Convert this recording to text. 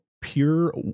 Pure